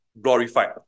glorified